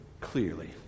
clearly